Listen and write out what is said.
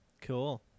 cool